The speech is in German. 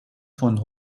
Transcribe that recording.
von